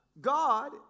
God